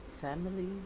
family